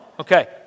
Okay